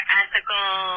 ethical